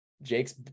Jake's